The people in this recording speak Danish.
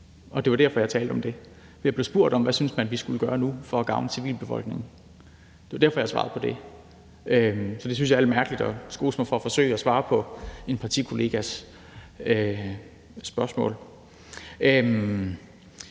Det var derfor, at jeg talte om det. Jeg blev spurgt om, hvad vi synes vi skulle gøre nu for at gavne civilbefolkningen. Det var derfor, at jeg svarede på det. Så jeg synes, at det er lidt mærkeligt at skose mig for at forsøge at svare på en partikollegas spørgsmål.